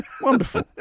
Wonderful